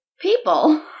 people